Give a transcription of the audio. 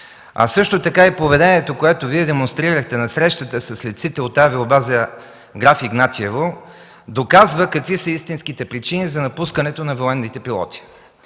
а също така и поведението, което демонстрирахте на срещата с летците от авиобаза „Граф Игнатиево” доказват какви са истинските причини за напускането на военните пилоти.